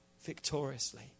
Victoriously